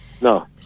No